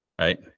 right